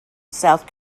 south